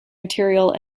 material